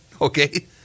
Okay